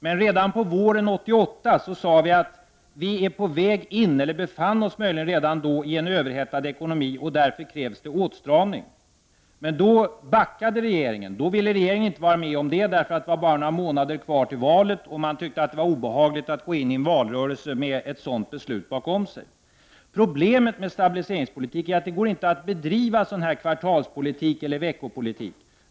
Men redan på våren 1988 sade vi att vi var på väg in i, eller kanske redan befann oss i, en överhettad ekonomi och att det därför krävdes en åtstramning. Då ville regeringen inte gå med på det, eftersom det bara var några månader kvar till valet och man tyckte att det var obehagligt att gå in i en valrörelse med ett sådant beslut bakom sig. Problemet med stabiliseringspolitik är att det inte går att bedriva någon kvartalseller veckopolitik.